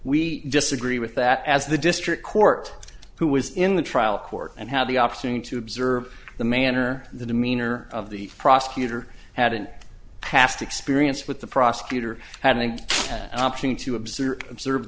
we disagree with that as the district court who was in the trial court and had the opportunity to observe the manner the demeanor of the prosecutor had and past experience with the prosecutor had an option to observe observe